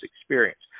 experience